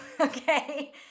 okay